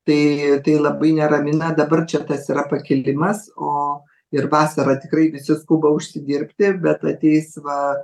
tai tai labai neramina dabar čia tas yra pakilimas o ir vasarą tikrai visi skuba užsidirbti bet ateis va